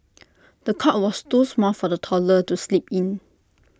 the cot was too small for the toddler to sleep in